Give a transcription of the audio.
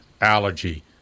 allergy